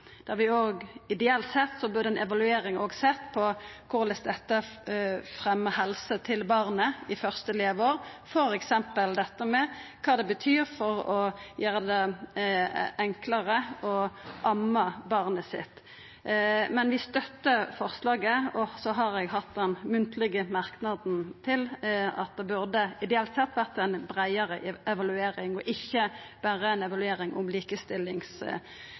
Ideelt sett burde ei evaluering òg sett på korleis dette fremjar helsa til barnet i første leveår, f.eks. kva det betyr å gjera det enklare å amma barnet sitt. Men vi støttar forslaget, og eg har no kome med ein munnleg merknad om at det ideelt sett burde vore ei breiare evaluering og ikkje berre ei evaluering